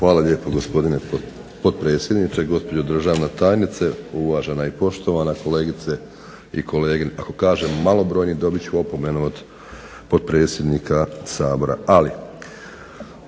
Hvala lijepo gospodine potpredsjedniče. Gospođo državna tajnice, uvažena i poštovane kolegice i kolege. Ako kažem malobrojni dobit ću opomenu od potpredsjednika Sabora.